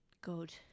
good